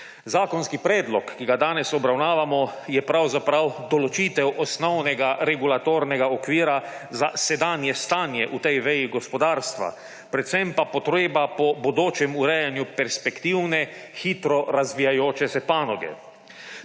Zakonski predlog, ki ga danes obravnavamo, je pravzaprav določitev osnovnega regulatornega okvira za sedanje stanje v tej veji gospodarstva, predvsem pa potreba po bodočem urejanju perspektivne, hitro razvijajoče se panoge.